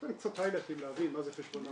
נתנו קצת היי לייטים להבין מה זה חשבונאות,